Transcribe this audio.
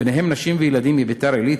ובהם נשים וילדים מביתר-עילית,